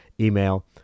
email